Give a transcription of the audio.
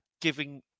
giving